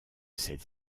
celle